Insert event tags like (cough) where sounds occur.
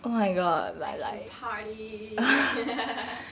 I can party (laughs)